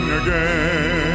again